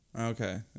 okay